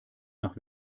nach